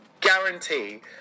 guarantee